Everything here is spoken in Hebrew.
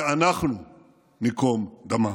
ואנחנו ניקום דמם.